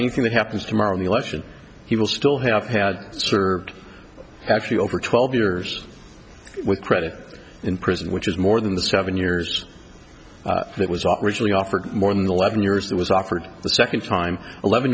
anything that happens tomorrow the election he will still have had served actually over twelve years with credit in prison which is more than the seven years that was recently offered more than eleven years that was offered the second time eleven